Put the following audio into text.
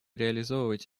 реализовывать